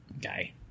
guy